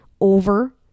over